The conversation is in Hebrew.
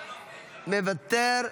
מוותר.